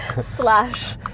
slash